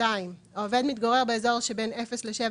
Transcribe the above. (2)העובד מתגורר באזור שבין 0 ל-7